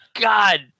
God